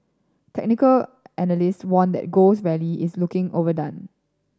technical analyst warned that gold's rally is looking overdone